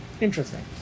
Interesting